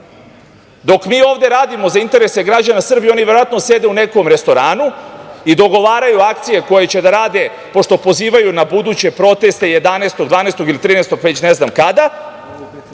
dok mi ovde radimo za interese građana Srbije, oni verovatno sede u nekom restoranu i dogovaraju akcije koje će da rade, pošto pozivaju na buduće proteste 11, 12. i 13. već ne znam kada,